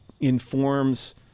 informs